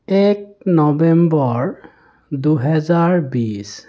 এক নৱেম্বৰ দুহেজাৰ বিছ